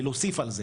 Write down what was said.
ולהוסיף על זה.